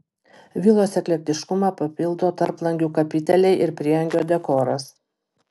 vilos eklektiškumą papildo tarplangių kapiteliai ir prieangio dekoras